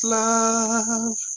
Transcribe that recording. love